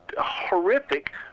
horrific